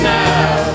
now